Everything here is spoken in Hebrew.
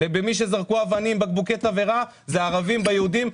ומי שזרקו אבנים ובקבוקי תבערה זה הערבים כלפי יהודים,